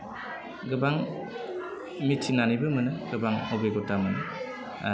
गोबां मिथिनानैबो मोनो गोबां अबिगथा मोनो